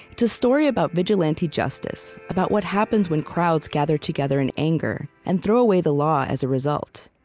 it's a story about vigilante justice about what happens when crowds gather together in anger and throw away the law as a result.